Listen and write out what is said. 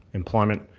employment,